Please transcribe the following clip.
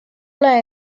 ole